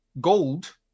gold